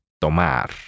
tomar